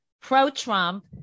pro-Trump